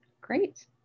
Great